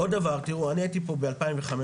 עוד דבר, תראו אני הייתי פה ב- 2015,